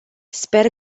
sper